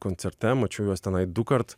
koncerte mačiau juos tenai dukart